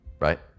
Right